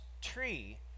tree